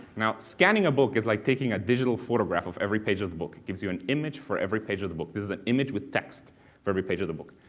scanning a book is like taking a digital photograph of every page of the book. it gives you an image for every page of the book. this is an image with text for every page of the book.